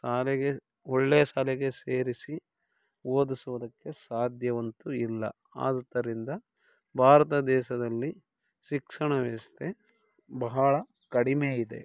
ಶಾಲೆಗೆ ಒಳ್ಳೆಯ ಶಾಲೆಗೆ ಸೇರಿಸಿ ಓದಿಸುವುದಕ್ಕೆ ಸಾಧ್ಯವಂತೂ ಇಲ್ಲ ಆದುದರಿಂದ ಭಾರತ ದೇಶದಲ್ಲಿ ಶಿಕ್ಷಣ ವ್ಯವಸ್ಥೆ ಬಹಳ ಕಡಿಮೆ ಇದೆ